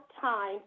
time